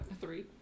Three